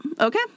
Okay